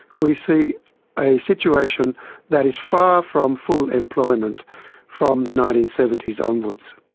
we see a situation that is far from full employment from the nineteen seventy s onwards.